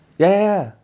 ya ya ya